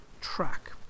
track